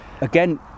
again